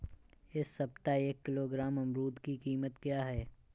इस सप्ताह एक किलोग्राम अमरूद की कीमत क्या है?